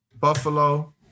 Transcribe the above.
Buffalo